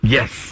Yes